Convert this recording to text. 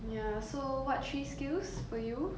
ya so what three skills for you